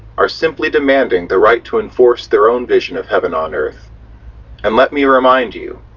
are simply demanding the right to enforce their own version of heaven on earth and let me remind you,